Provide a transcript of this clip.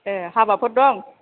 ए हाबाफोर दं